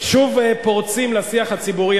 שוב פורצים לשיח הציבורי,